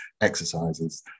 exercises